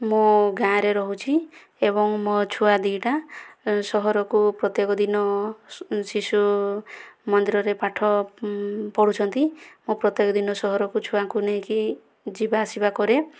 ମୁଁ ଗାଁରେ ରହୁଛି ଏବଂ ମୋ ଛୁଆ ଦୁଇଟା ସହରକୁ ପ୍ରତ୍ୟକ ଦିନ ଶିଶୁ ମନ୍ଦିରରେ ପାଠ ପଢ଼ୁଛନ୍ତି ମୁଁ ପ୍ରତ୍ୟେକ ଦିନ ସହରକୁ ଛୁଆଙ୍କୁ ନେଇକି ଯିବା ଆସିବା କରେ